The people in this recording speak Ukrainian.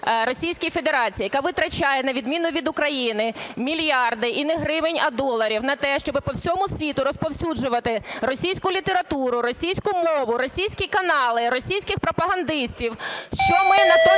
Російській Федерації, яка витрачає, на відміну від України, мільярди і не гривень, а доларів, на те, щоб по всьому світу розповсюджувати російську літературу, російську мову, російські канали, російських пропагандистів.